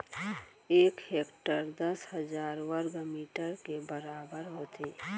एक हेक्टर दस हजार वर्ग मीटर के बराबर होथे